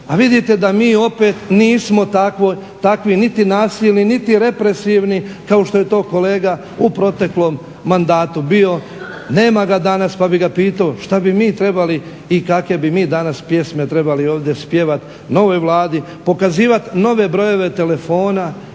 A vidite da mi opet nismo takvi niti nasilni niti represivni kao što je to kolega u proteklom mandatu bio. Nema ga danas pa bih ga pitao šta bi mi trebali i kakve bi mi danas pjesme trebali ovdje spjevati novoj Vladi, pokazivati nove brojeve telefona